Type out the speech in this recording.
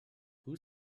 who